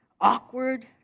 awkward